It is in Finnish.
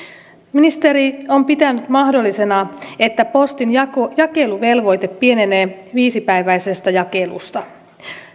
ministeri on pitänyt mahdollisena että postin jakeluvelvoite pienenee viisipäiväisestä jakelusta